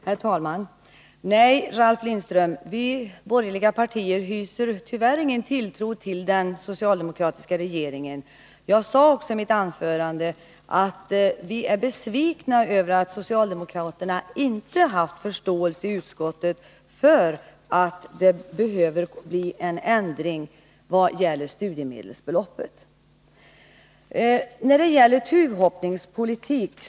Herr talman! Nej, Ralf Lindström, vi inom de borgerliga partierna hyser tyvärr ingen tilltro till den socialdemokratiska regeringen. Jag sade också i mitt anförande att vi är besvikna över att socialdemokraterna i utskottet inte haft förståelse för att det behövs en ändring av studiemedelsbeloppens storlek. Ralf Lindström talade om tuvhoppningspolitik.